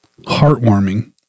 Heartwarming